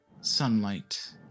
sunlight